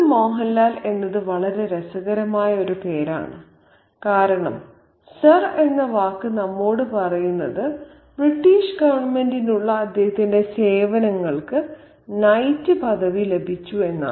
sir Mohanlal എന്നത് വളരെ രസകരമായ ഒരു പേരാണ് കാരണം സർ എന്ന വാക്ക് നമ്മോട് പറയുന്നത് ബ്രിട്ടീഷ് ഗവൺമെന്റിനുള്ള അദ്ദേഹത്തിന്റെ സേവനങ്ങൾക്ക് നൈറ്റ് പദവി ലഭിച്ചു എന്നാണ്